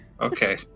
Okay